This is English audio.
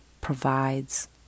provides